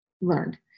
learned